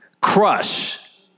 Crush